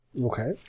Okay